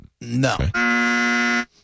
No